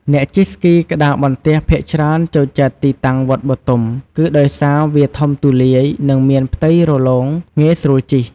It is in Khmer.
អ្នកជិះស្គីក្ដារបន្ទះភាគច្រើនចូលចិត្តទីតាំងវត្តបទុម គឺដោយសារវាធំទូលាយ និងមានផ្ទៃរលោងងាយស្រួលជិះ។